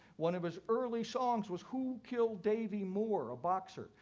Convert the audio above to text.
one of his early songs was who killed davie moore, a boxer,